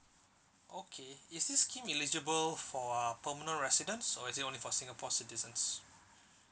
okay is this scheme eligible for uh permanent residents or is it only for singapore citizens